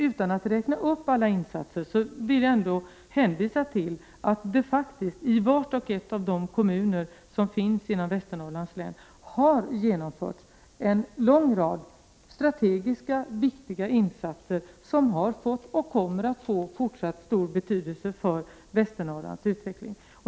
Utan att räkna upp alla insatser vill jag hänvisa till att det faktiskt i var och en av kommunerna i Västernorrlands län har genomförts en lång rad strategiska, viktiga insatser som har fått och fortsättningsvis också kommer att få stor betydelse för Västernorrlands utveckling.